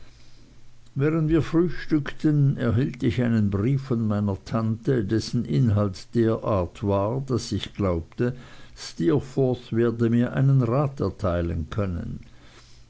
während wir frühstückten erhielt ich einen brief von meiner tante dessen inhalt derart war daß ich glaubte steerforth werde mir einen rat erteilen können